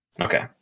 okay